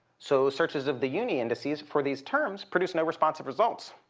so searches of the uni indices for these terms produce no responsive results.